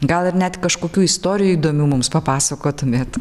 gal ir net kažkokių istorijų įdomių mums papasakotumėt